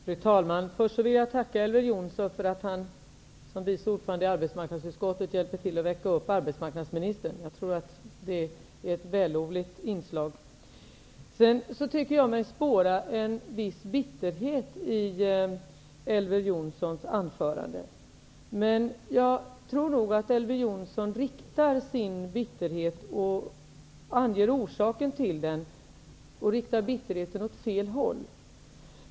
Fru talman! Först vill jag tacka Elver Jonsson för att han som vice ordförande i arbetsmarknadsutskottet hjälper till att väcka upp arbetsmarknadsministern. Jag tror att det är ett vällovligt inslag. Sedan tycker jag mig spåra en viss bitterhet i Elver Jonssons anförande. Men jag tror nog att Elver Jonsson anger fel orsak till den och riktar bitterheten åt fel håll.